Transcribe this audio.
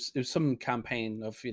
there's some campaign of, you